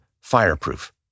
fireproof